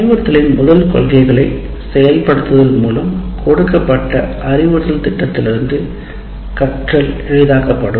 அறிவுறுத்தலின் முதல் கொள்கைகளை செயல்படுத்துதல் மூலம் கொடுக்கப்பட்ட அறிவுறுத்தல் திட்டத்திலிருந்து கற்றல் எளிதாக்கப்படும்